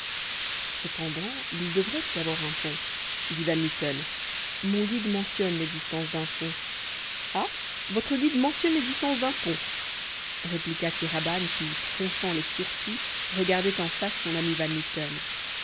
cependant il devrait y avoir un pont dit van mitten mon guide mentionne l'existence d'un pont ah votre guide mentionne l'existence d'un pont répliqua kéraban qui fronçant les sourcils regardait en face son ami